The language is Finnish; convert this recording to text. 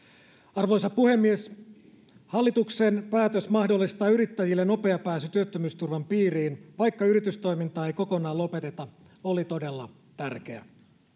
arvoisa puhemies hallituksen päätös mahdollistaa yrittäjille nopea pääsy työttömyysturvan piiriin vaikka yritystoimintaa ei kokonaan lopeteta oli todella tärkeä